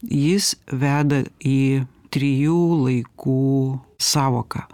jis veda į trijų laikų sąvoką